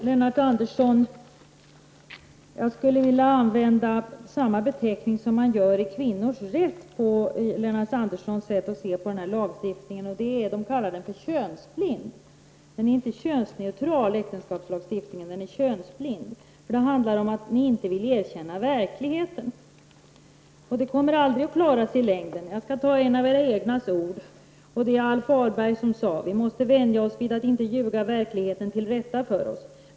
Fru talman! Jag skulle när det gäller Lennart Anderssons sätt att se på denna lagstiftning vilja använda den beteckning som används i Kvinnors rätt, nämligen att den är könsblind. Äktenskapslagstiftningen är inte könsneutral, den är könsblind. Det handlar nämligen om att socialdemokraterna inte vill erkänna verkligheten, och det kommer de aldrig att klara av i längden. Jag vill här nämna vad en av era egna, nämligen Alf Ahlberg, sade: ”Vi måste vänja oss vid att inte ljuga verkligheten till rätta för oss.